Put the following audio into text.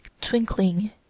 twinkling